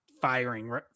firing